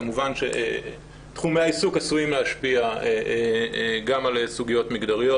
כמובן שתחומי העיסוק עשויים להשפיע גם על סוגיות מגדריות,